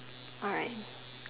alright